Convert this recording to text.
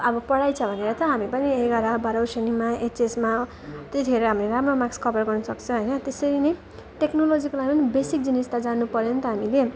अब पढाइ छ भनेर त हामी पनि एघारौँ बाह्रौँ श्रेणीमा एचएसमा त्यतिखेर हामीले राम्रो मार्क्स कभर गर्नु सक्छ होइन त्यसरी नै टेक्नोलोजीको लागि पनि बेसिक जिनिस त जानु पऱ्यो नि त हामीले